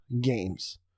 games